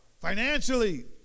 financially